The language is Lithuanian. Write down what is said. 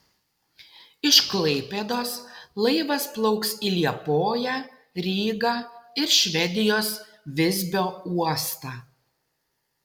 iš klaipėdos laivas plauks į liepoją rygą ir švedijos visbio uostą